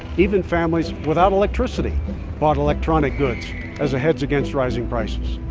even families without electricity bought electronic goods as a hedge against rising prices.